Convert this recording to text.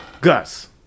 Gus